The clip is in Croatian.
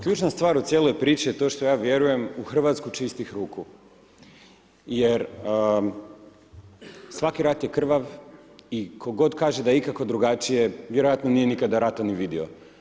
Ključna stvar u cijeloj priči je to što ja vjerujem u Hrvatsku čistih ruku jer svaki rat je krvav i tko god kaže da je ikako drugačije, vjerojatno nije nikada rata ni vidio.